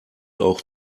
auch